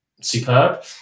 superb